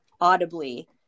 audibly